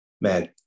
Man